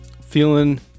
Feeling